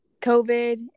COVID